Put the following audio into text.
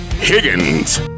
Higgins